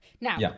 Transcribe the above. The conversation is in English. Now